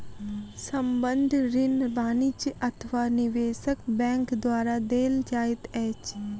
संबंद्ध ऋण वाणिज्य अथवा निवेशक बैंक द्वारा देल जाइत अछि